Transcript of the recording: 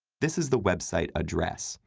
this is the website address,